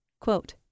Quote